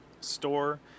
store